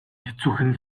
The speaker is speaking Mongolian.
хэцүүхэн